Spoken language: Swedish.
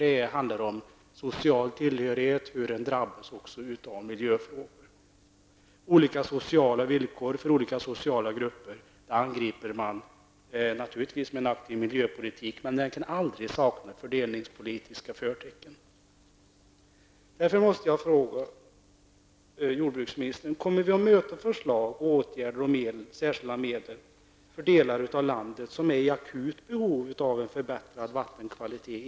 Den sociala tillhörigheten har betydelse för hur man drabbas också av miljöproblem. Det handlar om olika sociala villkor för olika sociala grupper. Man bör naturligtvis angripa dessa problem med en aktiv miljöpolitik, men den kan aldrig sakna fördelningspolitiska förtecken. Kommer det i den proposition vi kan se fram emot att finnas förslag om åtgärder och särskilda medel för de delar av landet som är i akut behov av en förbättrad vattenkvalitet?